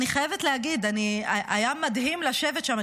אני חייבת להגיד, היה מדהים לשבת שם.